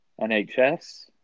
nhs